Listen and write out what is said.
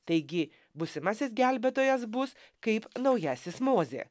taigi būsimasis gelbėtojas bus kaip naujasis mozė